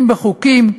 אם בחוקים,